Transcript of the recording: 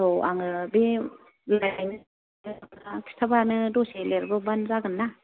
औ आङो बे खिन्थाबानो दसे लिरबोबानो जागोन ना